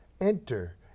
Enter